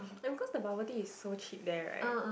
and because the bubble tea is so cheap there right